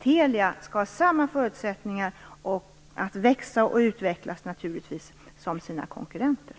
Telia skall naturligtvis ha samma förutsättningar som sina konkurrenter att växa och utvecklas.